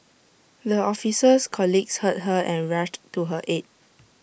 the officer's colleagues heard her and rushed to her aid